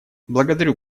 благодарю